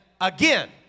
again